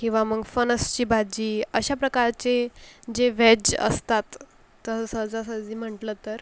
किंवा मग फणसाची भाजी अशा प्रकारचे जे व्हेज असतात तर सहजासहजी म्हटलं तर